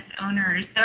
owners